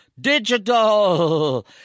digital